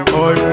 Boy